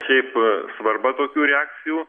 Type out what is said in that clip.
šiaip svarba tokių reakcijų